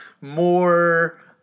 more